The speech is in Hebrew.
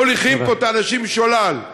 מוליכים פה את האנשים שולל.